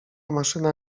maszyna